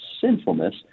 sinfulness